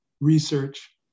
research